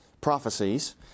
prophecies